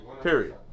Period